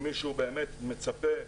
אם מישהו באמת מצפה,